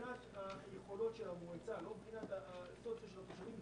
אנחנו נפגשים בעוד מספר ימים - לשקול צעדים דרסטיים.